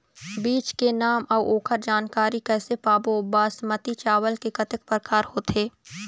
बीज के नाम अऊ ओकर जानकारी कैसे पाबो बासमती चावल के कतेक प्रकार होथे?